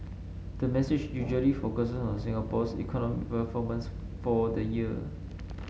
the message usually focuses on Singapore's economic performance for the year